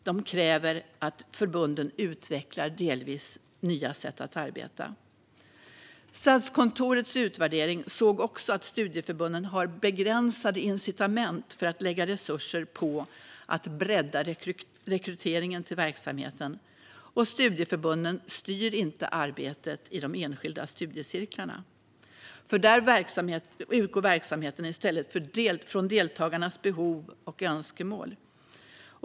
Detta kräver att förbunden utvecklar delvis nya sätt att arbeta. Statskontorets utvärdering såg också att studieförbunden har begränsade incitament för att lägga resurser på att bredda rekryteringen till verksamheten. Studieförbunden styr inte arbetet i de enskilda studiecirklarna. Där utgår verksamheten i stället från deltagarnas behov och önskemål.